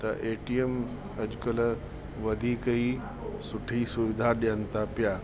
त एटीएम अॼकल्ह वधीक ई सुठी सुविधा ॾेयनि था पिया